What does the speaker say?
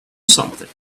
something